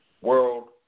world